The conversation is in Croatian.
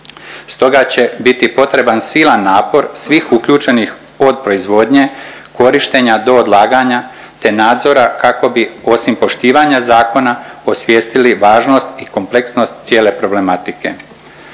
Stoga će biti potreban silan napor svih uključenih od proizvodnje, korištenja do odlaganja, te nadzora kako bi osim poštivanja zakona osvijestili važnost i kompleksnost cijele problematike.